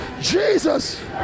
Jesus